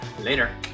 Later